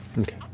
Okay